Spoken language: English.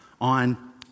on